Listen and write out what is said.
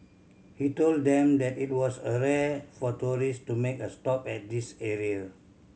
he told them that it was a rare for tourist to make a stop at this area